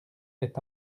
est